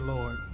Lord